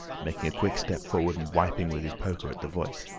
making a quick step forward and wiping with his poker at the voice.